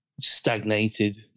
stagnated